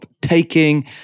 taking